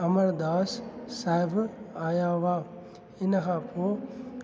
अमरदास साहिबु आया हुआ हिन खां पोइ